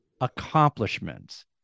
accomplishments